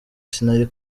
sinari